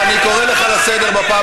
חוצפן מסית.